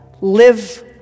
live